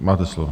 Máte slovo.